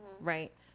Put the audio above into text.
right